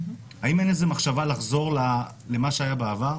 האם יש איזו מחשבה לחזור למה שהיה בעבר?